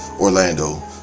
Orlando